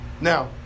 Now